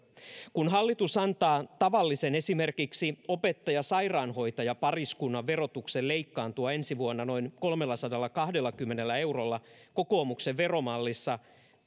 kun hallitus antaa tavallisen esimerkiksi opettaja sairaanhoitaja pariskunnan verotuksen leikkaantua ensi vuonna noin kolmellasadallakahdellakymmenellä eurolla kokoomuksen veromallissa